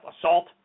assault